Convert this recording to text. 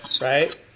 right